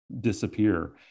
disappear